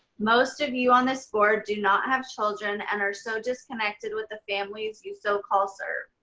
most of you on this board do not have children and are so disconnected with the families you so call serve.